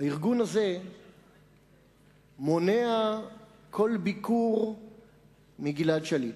והארגון הזה מונע כל ביקור מגלעד שליט,